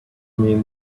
mean